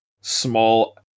small